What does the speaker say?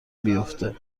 بیفته